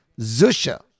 Zusha